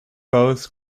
both